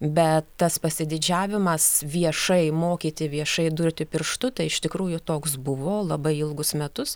bet tas pasididžiavimas viešai mokyti viešai durti pirštu tai iš tikrųjų toks buvo labai ilgus metus